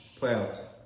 Playoffs